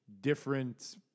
different